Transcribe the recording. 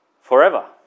forever